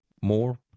more